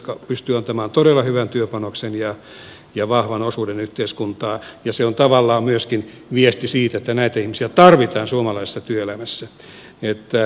ei pidä lähteä syyllistämään näitä ihmisiä jotka pystyvät antamaan todella hyvän työpanoksen ja vahvan osuuden yhteiskuntaan ja se on tavallaan myöskin viesti siitä että näitä ihmisiä tarvitaan suomalaisessa työelämässä